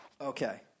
Okay